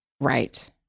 Right